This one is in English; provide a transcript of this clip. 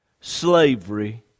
slavery